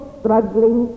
struggling